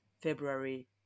february